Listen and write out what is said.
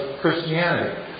Christianity